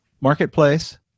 marketplace